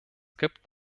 gibt